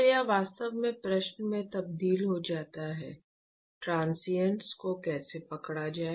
तो यह वास्तव में प्रश्न में तब्दील हो जाता है ट्रांसिएंट्स को कैसे पकड़ा जाए